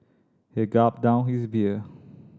he gulped down his beer